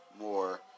more